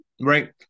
right